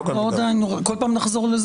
עוד פעם נחזור לזה?